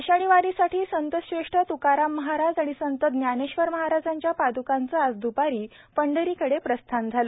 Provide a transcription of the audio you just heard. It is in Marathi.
आषाढी वारीसाठी संतश्रेष्ठ तुकाराम महाराज आणि संत जानेश्वर महाराजांच्या पादुकांचं आज द्पारी पंढरीकडे प्रस्थान झालं